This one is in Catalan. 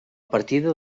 partida